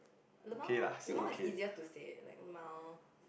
lmao is easier to say like lmao